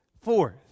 Fourth